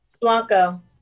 Blanco